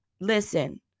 Listen